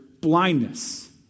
blindness